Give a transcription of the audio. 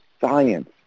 science